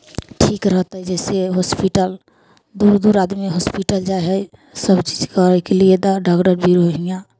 ठीक रहतै जइसे हॉस्पिटल दूर दूर आदमी हॉस्पिटल जाइ हइ सभ चीज करयके लिए तऽ डोगदर बीरो हियाँ